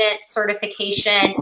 certification